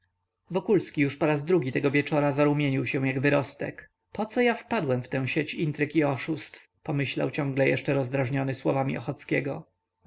wokulski już po raz drugi tego wieczora zarumienił się jak wyrostek poco ja wpadłem w tę sieć intryg i oszustw pomyślał ciągle jeszcze rozdrażniony słowami